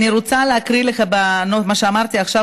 אני רוצה לקרוא לך את מה שאמרתי עכשיו,